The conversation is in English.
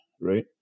right